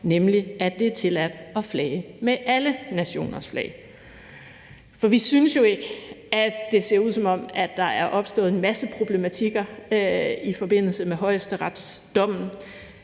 nemlig at det er tilladt at flage med alle nationers flag. For vi synes jo ikke, at det ser ud, som om der er opstået en masse problematikker i forbindelse med højesteretsdommen,